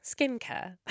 Skincare